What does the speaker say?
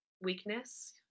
weakness